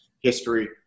history